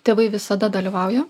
tėvai visada dalyvauja